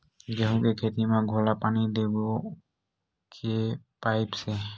गेहूं के खेती म घोला पानी देबो के पाइप से?